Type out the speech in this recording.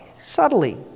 subtly